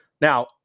Now